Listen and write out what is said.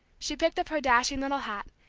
she picked up her dashing little hat,